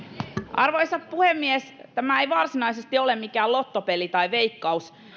arvoisa puhemies tämä ei varsinaisesti ole mikään lottopeli tai veikkaus